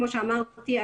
כמו שאמרתי,